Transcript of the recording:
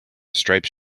striped